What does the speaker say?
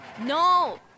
No